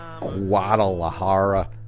Guadalajara